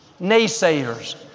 Naysayers